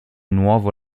nuovo